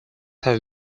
have